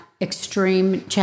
extreme